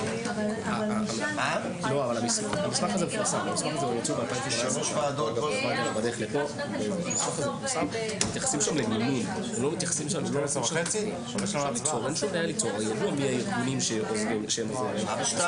11:45.